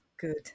good